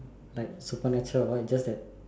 like super natural or what is just that